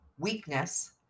Weakness